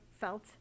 felt